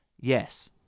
Yes